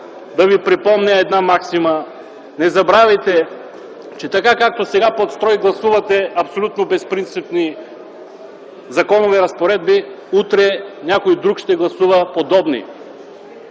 да ви припомня една максима. Не забравяйте, че така, както сега под строй гласувате абсолютно безпринципни законови разпоредби, утре някой друг ще гласува подобни.